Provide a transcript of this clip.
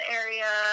area